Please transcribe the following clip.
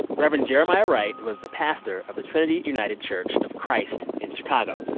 reverend jeremiah wright was the pastor of the trinity united church of christ in chicago.